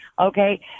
Okay